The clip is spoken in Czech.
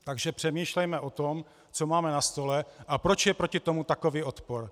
Takže přemýšlejme o tom, co máme na stole a proč je proti tomu takový odpor.